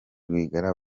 rwigara